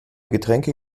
getränke